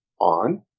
on